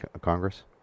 Congress